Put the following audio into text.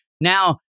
now